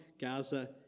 Gaza